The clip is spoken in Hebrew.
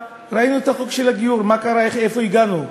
ראינו את חוק הגיור, מה קרה, איך, לאן הגענו.